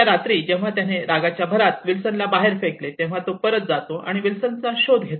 त्या रात्री जेव्हा त्याने रागाच्या भरात विल्सनला बाहेर फेकले तेव्हा तो परत जातो आणि विल्सनचा शोध घेतो